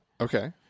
Okay